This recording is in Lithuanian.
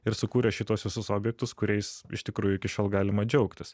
ir sukūrė šituos visus objektus kuriais iš tikrųjų iki šiol galima džiaugtis